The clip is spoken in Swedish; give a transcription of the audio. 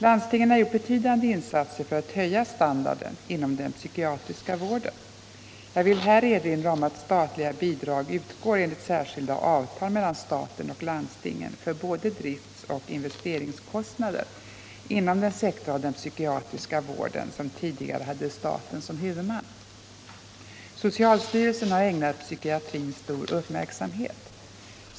Landstingen har gjort betydande insatser för att höja standarden inom den psykiatriska vården. Jag vill här erinra om att statliga bidrag utgår enligt särskilda avtal mellan staten och landstingen för både driftoch investeringskostnader inom den sektor av den psykiatriska vården som tidigare hade staten som huvudman. Socialstyrelsen har ägnat psykiatrin stor uppmärksamhet.